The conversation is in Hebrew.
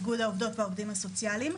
איגוד העובדות והעובדים הסוציאליים.